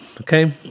okay